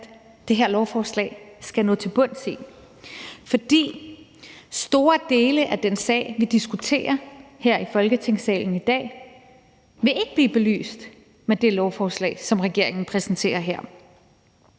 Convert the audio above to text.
med det her lovforslag? For store dele af den sag, vi diskuterer her i Folketingssalen i dag, vil ikke blive belyst med det lovforslag, som regeringen præsenterer her.